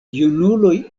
junuloj